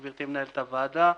גברתי מנהלת הוועדה,